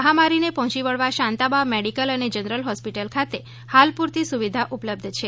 મહામારીને પહોચી વળવા શાંતાબા મેડિકલ અને જનરલ હોસ્પિટલ ખાતે હાલ પુરતી સુવિધા ઉપલબ્ધ છે